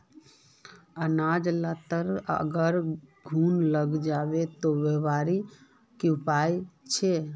अनाज लात अगर घुन लागे जाबे ते वहार की उपाय छे?